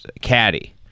caddy